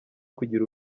kugira